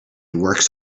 works